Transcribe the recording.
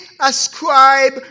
ascribe